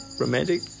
romantic